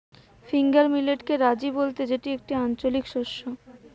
finger মিলেটকে রাজি বলতে যেটি একটি আঞ্চলিক শস্য